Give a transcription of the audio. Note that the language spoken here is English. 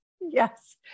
Yes